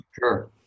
Sure